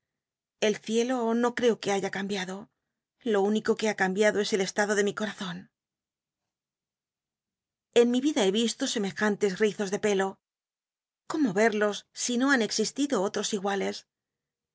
el ciclo no creo t ue haya cambiado lo único que ha cambiado es el estado de mi corazon en mi vida he isto semejantes rizos de pelo r ómo verlos si no han existido ottos iguales